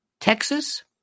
Texas